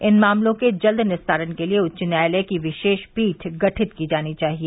इन मामलों के जल्द निस्तारण के लिए उच्च न्यायालय की विशेष पीठ गठित की जानी चाहिए